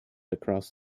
across